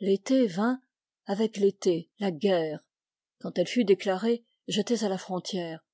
l'été vint avec l'été la guerre quand elle fut déclarée j'étais à la frontière